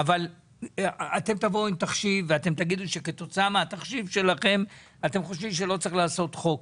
ואופציה שלישית זה שתגידו שבכלל לא צריך חוק